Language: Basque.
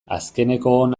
azkenekoon